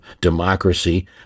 democracy